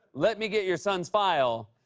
let me get your son's file,